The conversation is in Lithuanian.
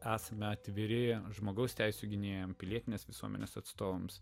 esame atviri žmogaus teisių gynėjams pilietinės visuomenės atstovams